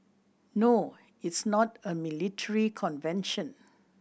no it's not a military convention